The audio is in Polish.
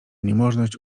niemożność